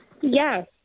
Yes